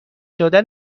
دادن